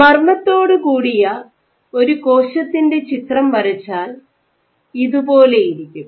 മർമ്മത്തോടുകൂടിയ ഒരു കോശത്തിന്റെ ചിത്രം വരച്ചാൽ ഇതുപോലെയിരിക്കും